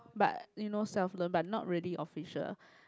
but you know self learn but not really official